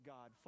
God